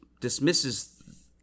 dismisses